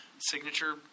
signature